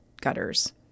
gutters